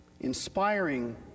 inspiring